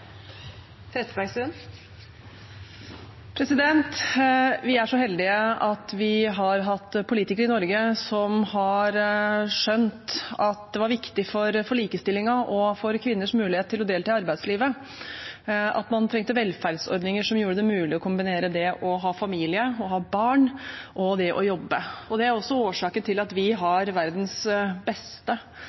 så heldige at vi har hatt politikere i Norge som har skjønt at det var viktig for likestillingen og for kvinners mulighet til å delta i arbeidslivet at man hadde velferdsordninger som gjorde det mulig å kombinere det å ha familie, å ha barn, og det å jobbe. Det er årsaken til at vi har verdens beste